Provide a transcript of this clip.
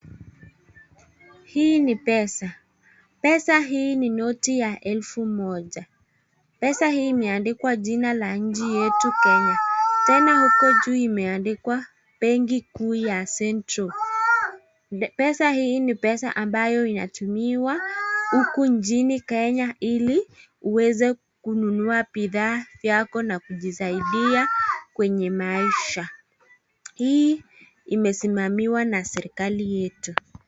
Hii ni pesa, pesa hii ni noti ya elifu moja, pesa hii imeandikwa jina la nchi yetu Kenya, tena huko juu imeandikwa benki kuu ya central, pesa hii ni pesa ambayo inatumiwa huku nchini Kenya ili uweze kununua bidhaa vyako na kujisadia kwenye maisha, hii imesimamiwa na serikali yetu.